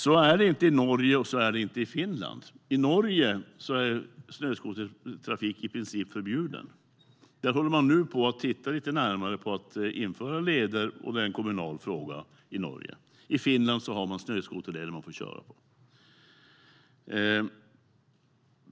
Så är det inte i Norge, och så är det inte i Finland. I Norge är snöskotertrafik i princip förbjuden. Där håller man nu på att titta lite närmare på att införa leder, och det är en kommunal fråga i Norge. I Finland har man snöskoterleder som man får köra på.